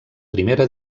primera